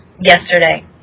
yesterday